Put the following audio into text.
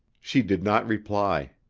she did not reply.